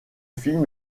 film